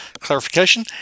clarification